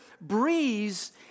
breeze